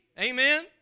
Amen